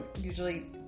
usually